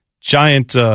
giant